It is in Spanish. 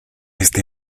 este